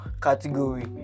category